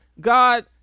God